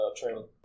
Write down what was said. training